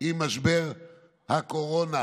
עם משבר הקורונה.